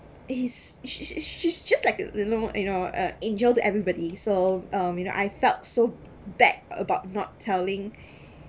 is she she she she's just like uh you know you know uh angel to everybody so um you know I felt so bad about not telling